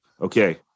Okay